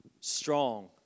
Strong